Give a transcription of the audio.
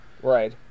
Right